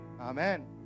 Amen